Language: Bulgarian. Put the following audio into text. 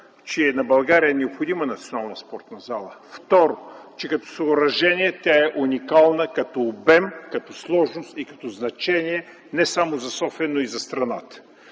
че на България е необходима национална спортна зала. Второ, че като съоръжение тя е уникална като обем, като сложност и като значение не само за София, но и за страната.